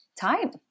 time